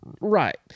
Right